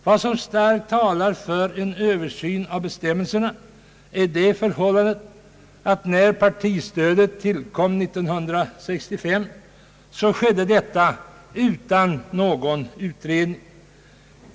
Vad som starkt talar för en översyn av bestämmelserna är det förhållandet att när partistödet tillkom 1965 skedde detta utan någon utredning.